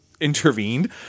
intervened